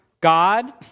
god